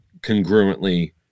congruently